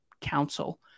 Council